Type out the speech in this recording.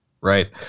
right